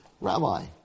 Rabbi